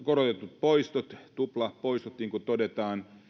korotetut poistot tuplapoistot niin kuin todetaan